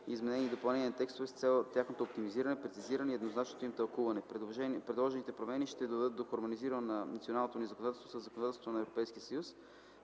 изменения и допълнения на текстове с цел тяхното оптимизиране, прецизиране и еднозначното им тълкуване. Предложените промени ще доведат до хармонизиране на националното ни законодателство със законодателството на